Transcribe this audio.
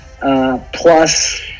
Plus